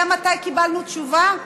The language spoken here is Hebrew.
אתה יודע מתי קיבלנו תשובה?